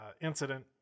incident